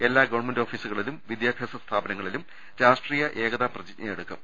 എല്ലാ ഗവൺമെന്റ് ഓഫീസുകളിലും വിദ്യാഭ്യാസ സ്ഥാപനങ്ങളിലും രാഷ്ട്രീയ ഏകതാ പ്രതിജ്ഞയെടു ക്കും